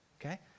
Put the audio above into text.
Okay